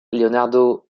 leonardo